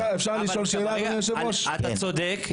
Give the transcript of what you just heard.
אתה צודק,